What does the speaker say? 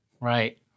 Right